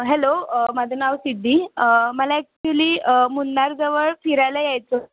hello माझं नाव सिद्धी मला ॲक्चुअली मुन्नारजवळ फिरायला यायचं